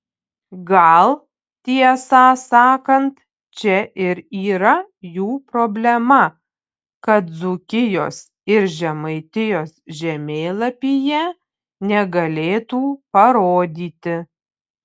gal tiesą sakant čia ir yra jų problema kad dzūkijos ir žemaitijos žemėlapyje negalėtų parodyti